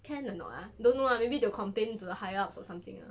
can or not ah don't know lah maybe will complain to the higher ups or something ah